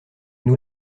nous